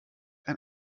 ein